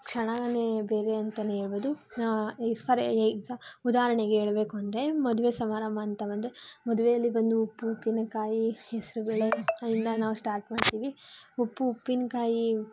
ಕ್ಷಣನೇ ಬೇರೆ ಅಂತಾನೆ ಹೇಳ್ಬೋದು ಫೋರ್ ಎಕ್ಸಾ ಉದಾಹರಣೆಗೆ ಹೇಳಬೇಕು ಅಂದರೆ ಮದುವೆ ಸಮಾರಂಭಾಂತ ಬಂದರೆ ಮದುವೆಯಲ್ಲಿ ಬಂದು ಉಪ್ಪು ಉಪ್ಪಿನಕಾಯಿ ಹೆಸರುಬೇಳೆ ಅಲ್ಲಿಂದ ನಾವು ಸ್ಟಾರ್ಟ್ ಮಾಡ್ತೀವಿ ಉಪ್ಪು ಉಪ್ಪಿನಕಾಯಿ